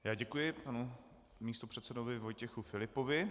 Já děkuji panu místopředsedovi Vojtěchu Filipovi.